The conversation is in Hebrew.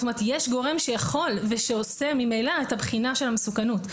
זאת אומרת יש גורם שיכול ושעושה ממילא את הבחינה של המסוכנות,